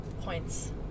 points